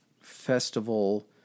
festival